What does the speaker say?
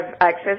access